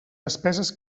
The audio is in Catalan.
despeses